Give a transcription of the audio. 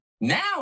Now